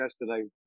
yesterday